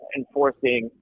enforcing